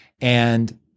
and-